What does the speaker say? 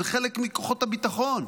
זה חלק מכוחות הביטחון,